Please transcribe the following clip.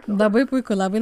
labai puiku labai